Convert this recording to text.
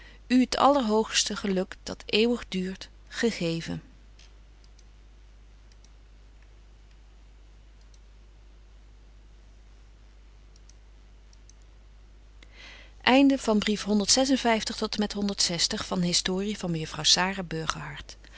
u't allerhoogst geluk dat eeuwig duurt gegeven betje wolff en aagje deken historie van